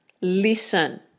listen